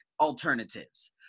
alternatives